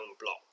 block